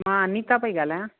मां अनीता पई ॻाल्हायां